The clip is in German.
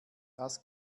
das